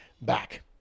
back